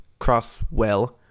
Crosswell